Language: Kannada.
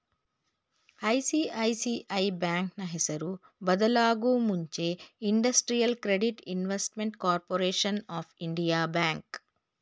ಐ.ಸಿ.ಐ.ಸಿ.ಐ ಬ್ಯಾಂಕ್ನ ಹೆಸರು ಬದಲಾಗೂ ಮುಂಚೆ industrial credit investment corporation of India bank